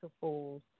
fools